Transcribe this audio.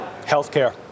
Healthcare